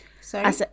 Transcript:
sorry